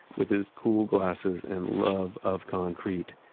with his cool glasses and love of concrete,